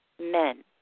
men